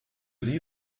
sie